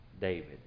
David